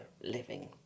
living